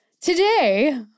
today